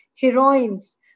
heroines